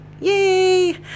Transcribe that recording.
Yay